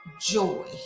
joy